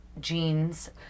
jeans